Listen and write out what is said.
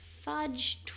fudge